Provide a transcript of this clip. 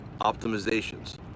optimizations